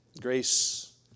Grace